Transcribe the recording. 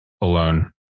alone